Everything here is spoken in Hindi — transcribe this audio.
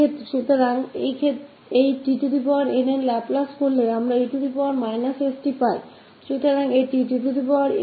तो लाप्लास tn इस द्वारा दिया जाता है 𝑒 𝑠𝑡 और हमारे पास है tn